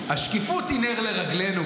השקיפות היא נר לרגלינו,